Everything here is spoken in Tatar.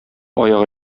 аягы